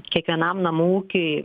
kiekvienam namų ūkiui